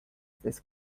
this